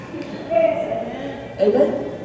Amen